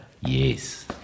Yes